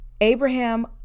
abraham